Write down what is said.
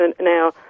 Now